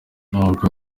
nubwo